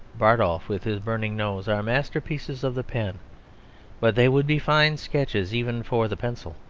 bardolph with his burning nose, are masterpieces of the pen but they would be fine sketches even for the pencil.